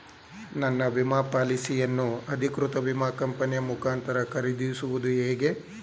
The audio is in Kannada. ನನ್ನ ವಿಮಾ ಪಾಲಿಸಿಯನ್ನು ಅಧಿಕೃತ ವಿಮಾ ಕಂಪನಿಯ ಮುಖಾಂತರ ಖರೀದಿಸುವುದು ಹೇಗೆ?